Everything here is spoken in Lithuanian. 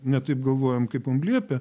ne taip galvojam kaip mum liepė